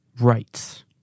rights